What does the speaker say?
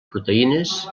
proteïnes